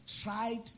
tried